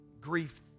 Grief